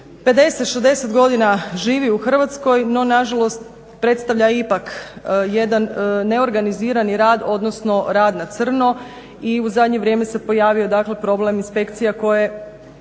50, 60 godina živi u Hrvatskoj, no nažalost predstavlja ipak jedan neorganizirani rad, odnosno rad na crno i u zadnje vrijeme se pojavio problem inspekcija koje